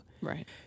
right